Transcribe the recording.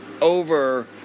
over